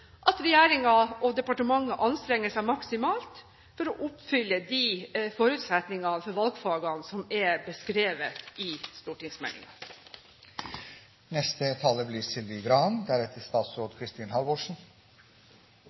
at regjeringen og departementet anstrenger seg maksimalt for å oppfylle de forutsetningene for valgfagene som er beskrevet i